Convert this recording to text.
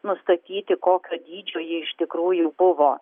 nustatyti kokio dydžio ji iš tikrųjų buvo